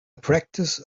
practice